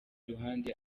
ruhande